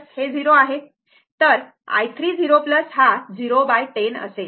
तर i3 हा 0 10 असेल